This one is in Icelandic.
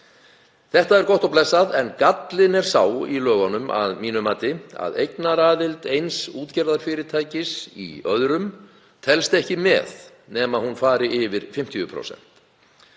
Það er gott og blessað en gallinn er sá í lögunum að mínu mati að eignaraðild eins útgerðarfyrirtækis í öðrum telst ekki með nema hún fari yfir 50%.